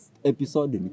episode